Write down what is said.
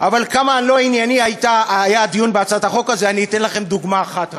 ועל כמה לא ענייני היה הדיון בהצעת החוק הזאת אני אתן לכם רק דוגמה אחת,